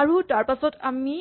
আৰু তাৰপাছত আমি